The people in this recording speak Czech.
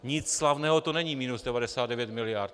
Nic slavného to není, minus 99 mld.